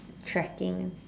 tracking